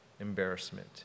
embarrassment